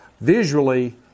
Visually